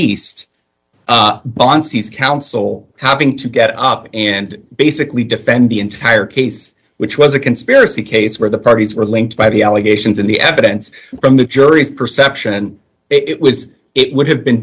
tiste bonce he's counsel having to get up and basically defend the entire case which was a conspiracy case where the parties were linked by the allegations and the evidence from the jury's perception and it was it would have been